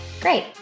great